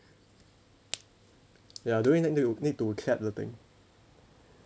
ya do we need to need to clap the thing